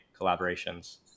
collaborations